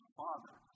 father